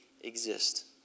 exist